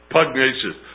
Pugnacious